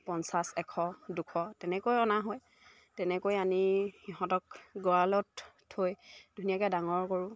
পঞ্চাছ এশ দুশ তেনেকৈ অনা হয় তেনেকৈ আনি সিহঁতক গঁৰালত থৈ ধুনীয়াকৈ ডাঙৰ কৰোঁ